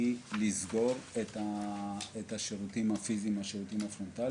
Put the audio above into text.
לסגור את השירותים הפיזיים הפרונטליים.